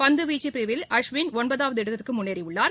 பந்து வீச்சு பிரிவில் அஸ்விள் வது இடத்திற்கு முன்னேறியுள்ளார்